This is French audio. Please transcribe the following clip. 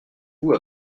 vous